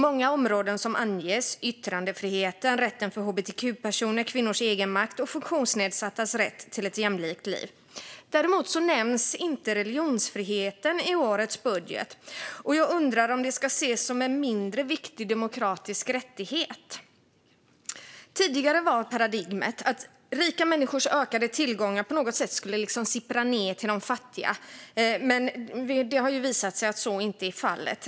Många områden anges: yttrandefriheten, rätten för hbtq-personer, kvinnors egenmakt och funktionsnedsattas rätt till ett jämlikt liv. Däremot nämns inte religionsfriheten i årets budget. Jag undrar om det ska ses som en mindre viktig demokratisk rättighet. Tidigare var paradigmet att rika människors ökade tillgångar på något sätt skulle sippra ned till de fattiga. Det har dock visat sig inte vara fallet.